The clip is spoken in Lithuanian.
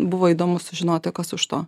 buvo įdomu sužinoti o kas už to